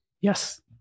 Yes